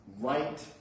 right